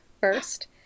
first